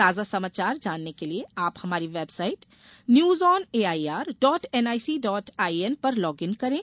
ताजा समाचार जानने के लिए आप हमारी website news on A I R dot N I C dot I N पर लॉग इन करें